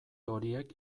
horiek